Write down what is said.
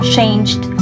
changed